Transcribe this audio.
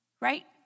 right